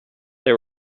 they